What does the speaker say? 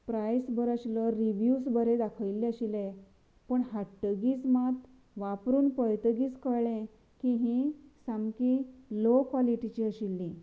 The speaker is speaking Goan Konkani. प्रायस बरो आशिल्लो रिव्हिव्यस बरें दाखयल्ले आशिल्ले पूण हाडटगीर मात वापरून पळयतगीच कळलें की हीं सामकीं लाॅ कोलिटिचीं आशिल्लीं